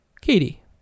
Katie